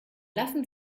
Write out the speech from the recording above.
lassen